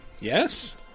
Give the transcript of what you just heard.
Yes